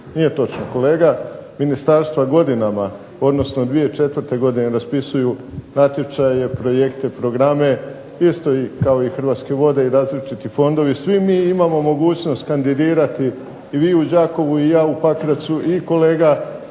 Nije točno, kolega. Ministarstva godinama, odnosno 2004. godine raspisuju natječaje, projekte, programe isto kao i Hrvatske vode i različiti fondovi i svi mi imamo mogućnost kandidirati. I vi u Đakovu i ja u Pakracu i kolega,